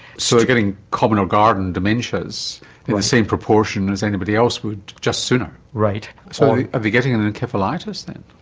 so getting common or garden dementias in the same proportion as anybody else would, just sooner. right. so are they getting an an encephalitis then?